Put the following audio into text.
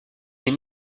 est